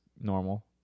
normal